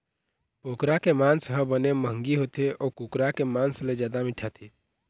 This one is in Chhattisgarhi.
बोकरा के मांस ह बने मंहगी होथे अउ कुकरा के मांस ले जादा मिठाथे